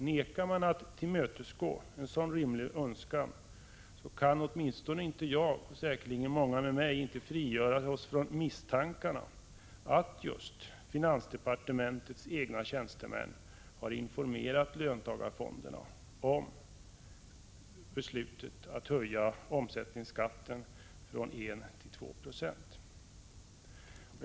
Vägrar man att tillmötesgå en så rimlig önskan kan åtminstone jag — och det gäller säkerligen även många andra — inte frigöra mig från misstankarna att just finansdepartementets egna tjänstemän har informerat löntagarfonderna om beslutet att höja omsättningsskatten från 1 till 2 96. Herr talman!